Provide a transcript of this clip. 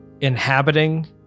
inhabiting